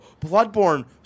Bloodborne